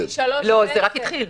זה רק התחיל.